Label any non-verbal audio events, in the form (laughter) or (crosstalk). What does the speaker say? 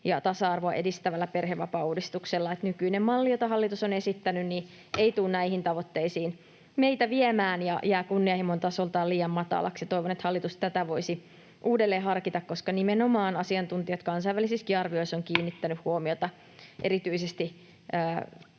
ja tasa-arvoa edistävällä perhevapaauudistuksella. Nykyinen malli, jota hallitus on esittänyt, ei (noise) tule näihin tavoitteisiin meitä viemään ja jää kunnianhimon tasoltaan liian matalaksi. Toivon, että hallitus voisi uudelleen harkita tätä, koska nimenomaan asiantuntijat kansainvälisissäkin arvioissa ovat kiinnittäneet [Puhemies